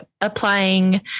applying